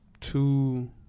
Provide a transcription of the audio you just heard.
Two